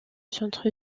centre